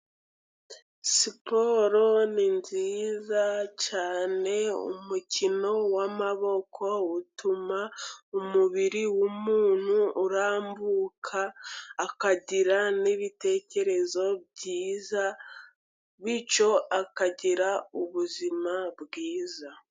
Siporo ni nziza cyane, umukino w'amaboko utuma umubiri w'umuntu urambuka, akagira n'ibitekerezo byiza, bityo akagira ubuzima bwiza.